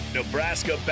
Nebraska